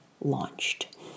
launched